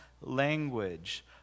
language